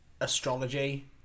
astrology